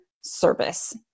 service